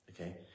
Okay